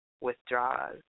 withdraws